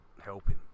helping